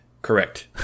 Correct